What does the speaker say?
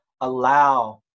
allow